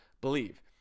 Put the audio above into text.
believe